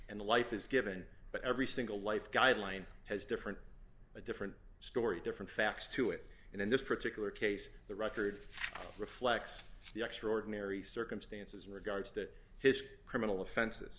the life is given but every single life guideline has different a different story different facts to it and in this particular case the record reflects the extraordinary circumstances regards to his criminal offen